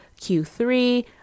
Q3